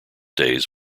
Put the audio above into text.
days